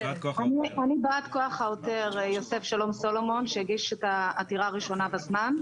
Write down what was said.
אני ב"כ העותר יוסף שלום סולומון שהגיש את העתירה הראשונה בזמן.